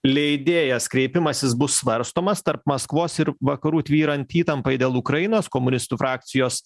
leidėjas kreipimasis bus svarstomas tarp maskvos ir vakarų tvyrant įtampai dėl ukrainos komunistų frakcijos